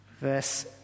verse